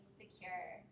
secure